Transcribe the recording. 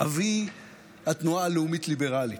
אבי התנועה הלאומית-ליברלית,